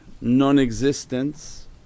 non-existence